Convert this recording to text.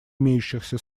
имеющихся